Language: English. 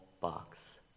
box